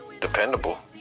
dependable